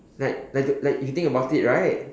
like like a like if you think about it right